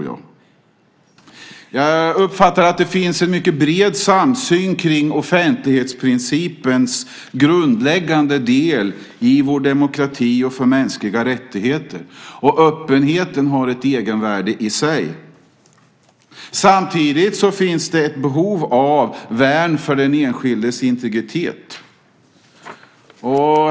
Jag uppfattar att det finns en bred samsyn om offentlighetsprincipens grundläggande del i vår demokrati och för mänskliga rättigheter och att öppenheten i sig har ett egenvärde. Samtidigt finns det ett behov av värn för den enskildes integritet.